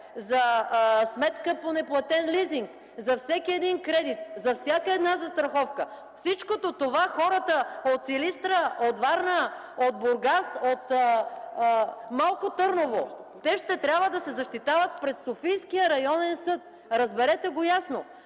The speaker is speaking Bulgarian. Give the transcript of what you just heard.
за сметка по неплатен лизинг, за всеки един кредит, за всяка една застраховка, за всичко това хората от Силистра, от Варна, от Бургас, от Малко Търново, ще трябва да се защитават пред Софийския районен съд. Разберете го ясно!